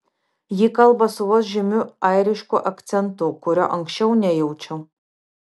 ji kalba su vos žymiu airišku akcentu kurio anksčiau nejaučiau